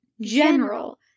General